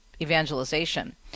evangelization